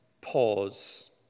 pause